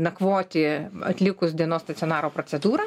nakvoti atlikus dienos stacionaro procedūrą